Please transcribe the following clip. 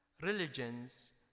Religions